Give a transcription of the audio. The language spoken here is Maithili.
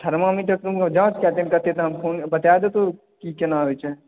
थरमामीटर मीटर में जाँच कय कऽ कनीटा बता देतू की केना होइ छै